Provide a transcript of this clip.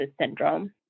syndrome